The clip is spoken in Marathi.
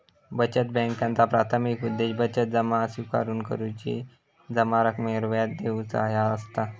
बचत बॅन्कांचा प्राथमिक उद्देश बचत जमा स्विकार करुची, जमा रकमेवर व्याज देऊचा ह्या असता